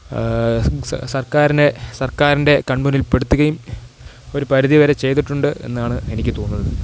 സര്ക്കാരിനെ സര്ക്കാരിന്റെ കണ്മുന്നില് പെടുത്തുകയും ഒരു പരിധിവരെ ചെയ്തിട്ടുണ്ട് എന്നാണ് എനിക്ക് തോന്നുന്നത്